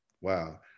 wow